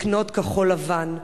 לקנות כחול-לבן,